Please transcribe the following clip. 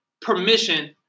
permission